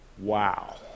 Wow